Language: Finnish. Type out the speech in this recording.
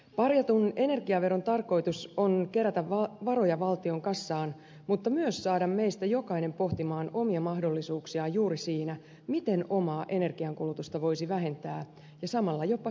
parjatun energiaveron tarkoitus on kerätä varoja valtion kassaan mutta myös saada meistä jokainen pohtimaan omia mahdollisuuksiamme juuri siinä miten omaa energiankulutusta voisi vähentää ja samalla jopa säästää rahaa